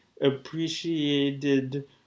appreciated